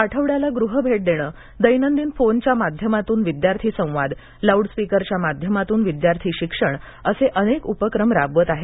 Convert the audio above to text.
आठवड्याला गृह भेट देणे दैनंदिन फोनच्या माध्यमातून विद्यार्थी संवाद लाऊडस्पीकरच्या माध्यमातून विद्यार्थी शिक्षण असे अनेक उपक्रम राबवित आहेत